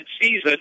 season